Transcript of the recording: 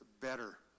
better